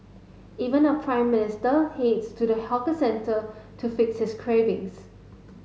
even our Prime Minister heats to the hawker centre to fix his cravings